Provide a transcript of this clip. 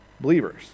believers